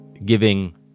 Giving